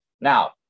Now